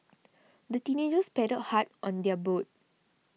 the teenagers paddled hard on their boat